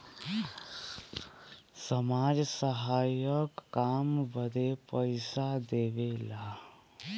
समाज सहायक काम बदे पइसा देवेला